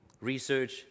research